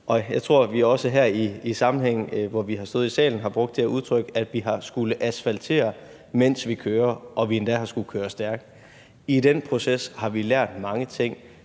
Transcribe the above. Jeg tror, at vi også her, hvor vi har stået i salen, har brugt det udtryk, at vi har skullet asfaltere, mens vi kørte, og vi har endda skullet køre stærkt. I den proces har vi lært mange ting,